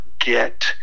get